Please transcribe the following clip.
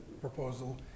proposal